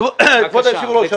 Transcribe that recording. כבוד היושב ראש,